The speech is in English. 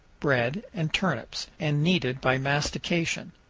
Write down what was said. bread, and turnips, and kneaded by mastication.